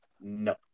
No